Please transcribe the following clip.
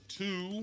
two